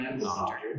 doctor